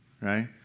right